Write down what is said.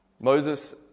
Moses